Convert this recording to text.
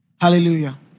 Hallelujah